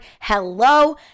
Hello